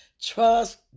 Trust